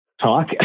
talk